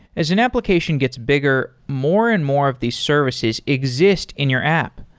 as an application gets bigger, more and more of these services exist in your app.